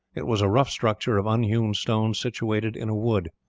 it was a rough structure of unhewn stones situated in a wood.